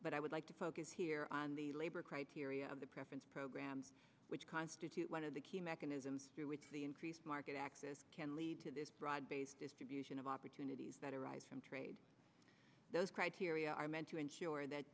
but i would like to focus here on the labor criteria of the preference programs which constitute one of the key mechanism through which the increased market access can lead to this broad based distribution of opportunities that arise from trade those criteria are meant to ensure that